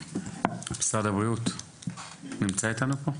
משרד הבריאות נמצא איתנו פה?